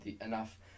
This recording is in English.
enough